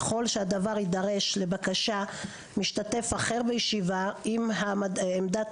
ככל שהדבר יידרש לבקשת משתתף אחר בישיבה - אם העמדת